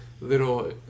Little